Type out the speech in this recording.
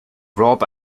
rob